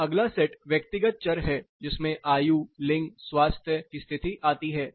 फिर अगला सेट व्यक्तिगत चर है जिसमें आयु लिंग और स्वास्थ्य की स्थिति आतीं है